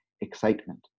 excitement